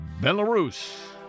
Belarus